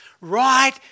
right